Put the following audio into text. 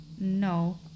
No